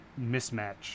mismatch